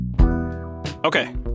Okay